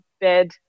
bed